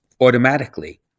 automatically